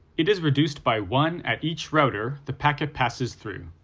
it is reduced by one at each router the packet passes through.